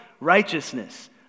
righteousness